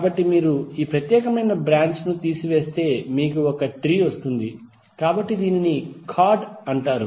కాబట్టి మీరు ఈ ప్రత్యేకమైన బ్రాంచ్ ను తీసివేస్తే మీకు ఒక ట్రీ వస్తుంది కాబట్టి దీనిని ఖార్డ్ అంటారు